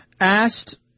asked